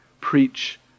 preach